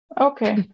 Okay